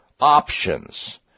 options